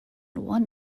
one